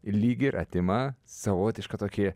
lyg ir atima savotišką tokį